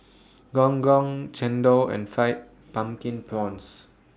Gong Gong Chendol and Fried Pumpkin Prawns